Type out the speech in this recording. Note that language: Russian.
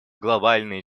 глобальные